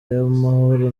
y’amahoro